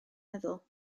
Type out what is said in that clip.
meddwl